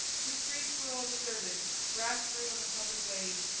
the streets were all deserted, grass grew in the public ways,